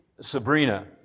Sabrina